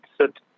sit